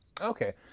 Okay